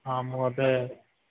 ହଁ ମୁଁ ଏବେ